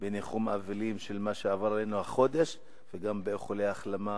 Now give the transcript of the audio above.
בניחום האבלים על מה שעבר עלינו החודש וגם באיחולי החלמה